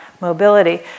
mobility